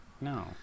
No